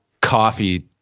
coffee